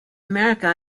america